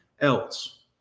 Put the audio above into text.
else